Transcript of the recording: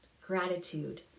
gratitude